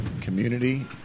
community